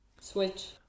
switch